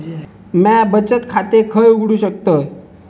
म्या बचत खाते खय उघडू शकतय?